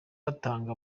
batanga